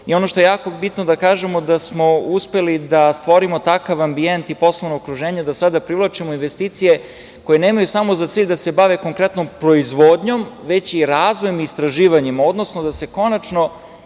što je jako bitno da kažemo, to je da smo uspeli da stvorimo takav ambijent i poslovno okruženje da sada privlačimo investicije koje nemaju samo za cilj da se bave konkretnom proizvodnjom, već i razvojem i istraživanjem, odnosno da se konačno